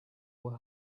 were